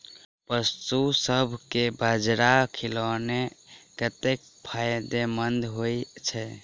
पशुसभ केँ बाजरा खिलानै कतेक फायदेमंद होइ छै?